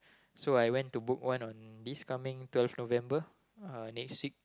so I went to book one on this coming third of November uh next week